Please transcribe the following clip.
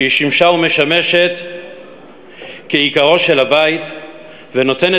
שהיא שימשה ומשמשת כעיקרו של הבית ונותנת